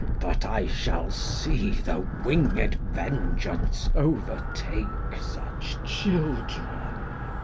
but i shall see the winged vengeance overtake such children.